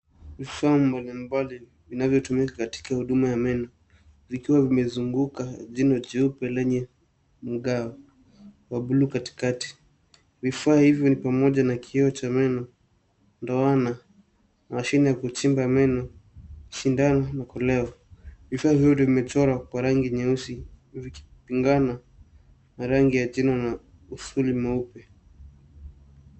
Vifaa mbalimbali vinavyotumika katika huduma ya meno, vikiwa vimezunguka jino jeupe lenye mgawo wa blue katikati. Vifaa hivyo ni pamoja na kioo cha meno, ndoana, mashine ya kuchimba meno, sindano, na koleo. Vifaa hivi vimechorwa kwa rangi nyeusi ikiungana na rangi ya jino na usuli mweupe.